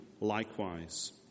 likewise